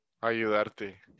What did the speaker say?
Ayudarte